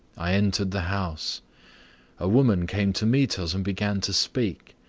i entered the house a woman came to meet us and began to speak.